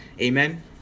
Amen